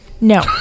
No